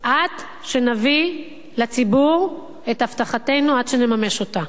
עד שנביא לציבור את הבטחתנו, עד שנממש אותה.